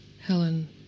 Helen